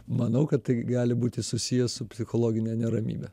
manau kad tai gali būti susiję su psichologine neramybe